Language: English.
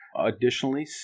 Additionally